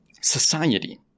society